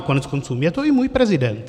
Koneckonců je to i můj prezident.